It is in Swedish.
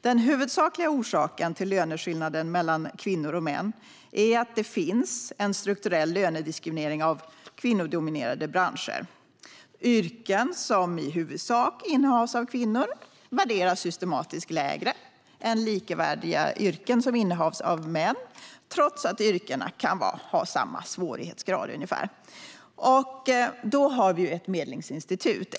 Den huvudsakliga orsaken till löneskillnaderna mellan kvinnor och män är att det finns en strukturell lönediskriminering av kvinnodominerade branscher. Yrken som i huvudsak innehas av kvinnor värderas systematiskt lägre än likvärdiga yrken som innehas av män, trots att yrkena kan ha ungefär samma svårighetsgrad. Då har vi ett medlingsinstitut.